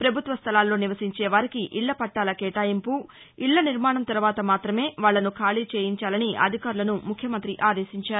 పభుత్వ స్థలాల్లో నివసించే వారికి ఇళ్ళ పట్టాల కేటాయింపు ఇళ్ళ నిర్మాణం తర్వాత మాత్రమే వాళ్లను ఖాళీ చేయించాలని అధికారులను ముఖ్యమంతి ఆదేశించారు